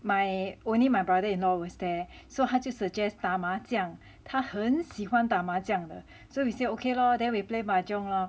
my only my brother in law was there so 他就 suggest 打麻将他很喜欢打麻将的 so we say okay lor then we play mahjong lor